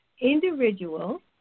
individual